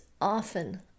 often